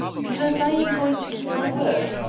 because i am going to keep my word.